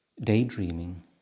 daydreaming